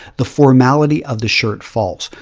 the formality of the shirt falls.